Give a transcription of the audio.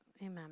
amen